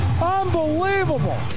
Unbelievable